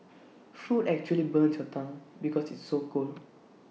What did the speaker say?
food actually burns your tongue because it's so cold